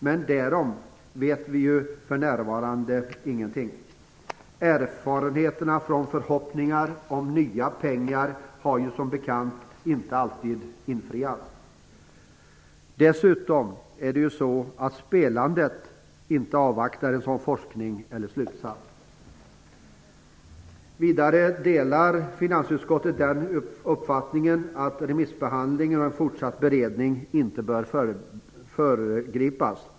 Men därom vet vi ju för närvarande ingenting. Erfarenheterna från förhoppningar om nya pengar har ju som bekant inte alltid infriats. Dessutom avvaktar spelandet inte en sådan forskning eller slutsats. Vidare delar finansutskottet uppfattningen att remissbehandlingen och en fortsatt beredning inte bör föregripas.